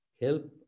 help